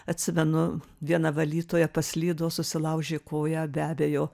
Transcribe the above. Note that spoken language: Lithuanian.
atsimenu viena valytoja paslydo susilaužė koją be abejo